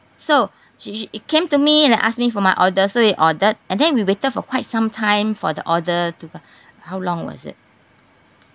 so she she came to me and ask me for my order so we ordered and then we waited for quite some time for the order to come how long was it